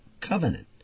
covenant